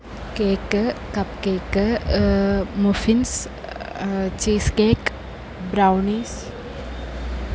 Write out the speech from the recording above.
cake cup cake muffins cheesecake brownies